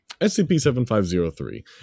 SCP-7503